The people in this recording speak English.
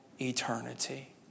eternity